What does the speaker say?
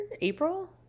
April